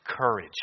courage